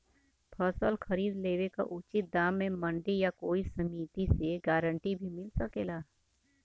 फसल खरीद लेवे क उचित दाम में मंडी या कोई समिति से गारंटी भी मिल सकेला?